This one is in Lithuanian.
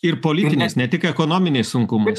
ir politiniais ne tik ekonominiais sunkumais